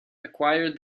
acquired